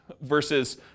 Versus